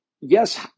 Yes